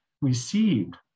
received